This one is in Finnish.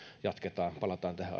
jatketaan palataan tähän